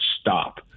stop